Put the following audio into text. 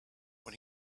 when